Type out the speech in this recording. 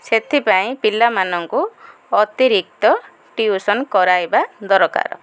ସେଥିପାଇଁ ପିଲାମାନଙ୍କୁ ଅତିରିକ୍ତ ଟ୍ୟୁସନ୍ କରାଇବା ଦରକାର